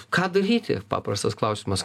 ką daryti paprastas klausimas